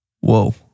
whoa